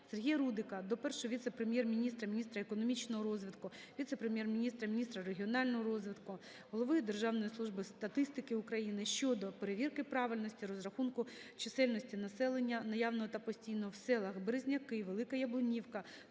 Сергія Рудика до Першого віце-прем'єр-міністра, міністра економічного розвитку, віце-прем’єр-міністра, міністра регіонального розвитку, Голови Державної служби статистики України щодо перевірки правильності розрахунку чисельності населення (наявного та постійного) в селах Березняки, Велика Яблунівка